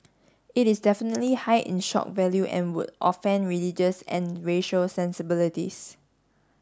it is definitely high in shock value and would offend religious and racial sensibilities